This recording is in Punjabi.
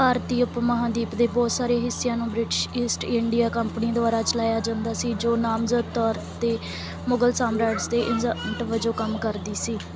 ਭਾਰਤੀ ਉਪ ਮਹਾਂਦੀਪ ਦੇ ਬਹੁਤ ਸਾਰੇ ਹਿੱਸਿਆਂ ਨੂੰ ਬ੍ਰਿਟਿਸ਼ ਈਸਟ ਇੰਡੀਆ ਕੰਪਨੀ ਦੁਆਰਾ ਚਲਾਇਆ ਜਾਂਦਾ ਸੀ ਜੋ ਨਾਮਜ਼ਦ ਤੌਰ ਉੱਤੇ ਮੁਗਲ ਸਮਰਾਟ ਦੇ ਏਜੰਟ ਵਜੋਂ ਕੰਮ ਕਰਦੀ ਸੀ